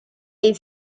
est